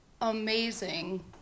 amazing